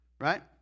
right